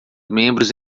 membros